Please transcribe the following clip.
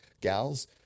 gals